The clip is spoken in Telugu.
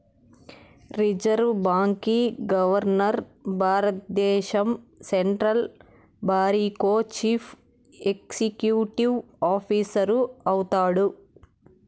రిజర్వు బాంకీ గవర్మర్ భారద్దేశం సెంట్రల్ బారికో చీఫ్ ఎక్సిక్యూటివ్ ఆఫీసరు అయితాడు